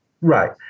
Right